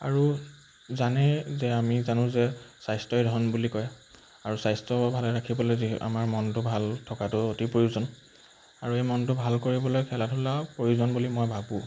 আৰু জানেই যে আমি জানো যে স্বাস্থ্যই ধন বুলি কয় আৰু স্বাস্থ্য ভালে ৰাখিবলৈ যি আমাৰ মনটো ভাল থকাটো অতি প্ৰয়োজন আৰু এই মনটো ভাল কৰিবলৈ খেলা ধূলা প্ৰয়োজন বুলি মই ভাবোঁ